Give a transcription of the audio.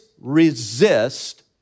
resist